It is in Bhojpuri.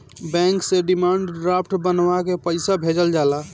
बैंक से डिमांड ड्राफ्ट बनवा के पईसा भेजल जाला